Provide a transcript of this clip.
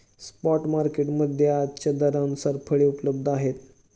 spot market मध्ये आजच्या दरानुसार फळे उपलब्ध आहेत